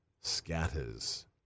scatters